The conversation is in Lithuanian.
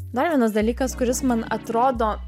dar vienas dalykas kuris man atrodo